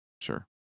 Sure